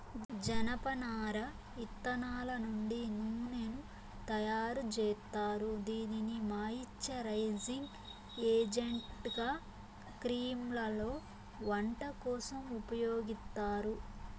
జనపనార ఇత్తనాల నుండి నూనెను తయారు జేత్తారు, దీనిని మాయిశ్చరైజింగ్ ఏజెంట్గా క్రీమ్లలో, వంట కోసం ఉపయోగిత్తారు